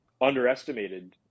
underestimated